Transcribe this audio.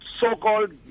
so-called